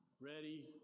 Ready